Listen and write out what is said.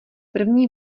první